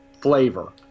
flavor